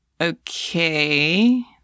Okay